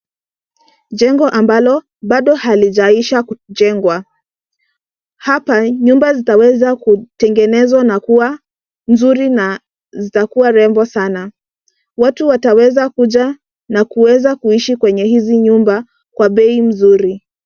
Jengo ambalo bado halijaisha kujengwa. Hapa nyumba zitaweza kutengenezwa na kuwa nzuri na zitakuwa rembo sana. Watu wataweza kuja na kuweza kuishi kwenye hizi nyumba kwa bei nzuri.